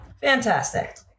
Fantastic